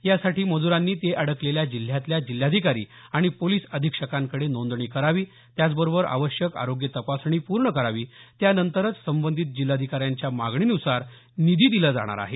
यासाठी मजुरांनी ते अडकलेल्या जिल्ह्यातल्या जिल्हाधिकारी आणि पोलिस अधिक्षकांकडे नोंदणी करावी त्याचबरोबर आवश्यक आरोग्य तपासणी पूर्ण करावी त्यानंतर संबंधित जिल्हाधिकाऱ्यांच्या मागणीनुसार निधी दिला जाणार आहे